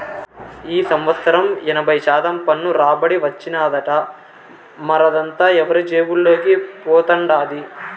ఈ సంవత్సరం ఎనభై శాతం పన్ను రాబడి వచ్చినాదట, మరదంతా ఎవరి జేబుల్లోకి పోతండాది